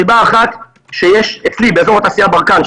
סיבה אחת היא שיש אצלי באזור התעשייה ברקן,